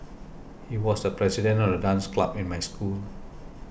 he was the president of the dance club in my school